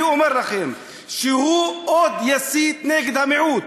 אני אומר לכם שהוא עוד יסית נגד המיעוט,